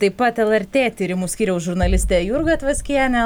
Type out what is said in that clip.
taip pat lrt tyrimų skyriaus žurnalistė jurga tvaskienė